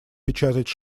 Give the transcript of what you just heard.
печатать